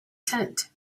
tent